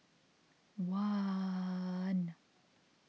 one